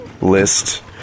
list